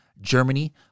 Germany